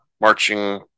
marching